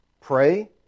pray